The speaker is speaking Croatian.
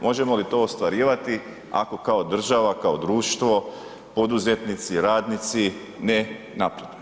Možemo li to ostvarivati ako kao država, kao društvo, poduzetnici, radnici ne napredujemo?